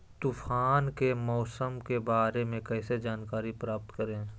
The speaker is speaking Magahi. तूफान के मौसम के बारे में कैसे जानकारी प्राप्त करें?